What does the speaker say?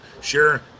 Sure